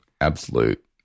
absolute